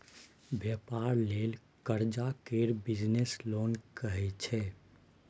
बेपार लेल करजा केँ बिजनेस लोन कहै छै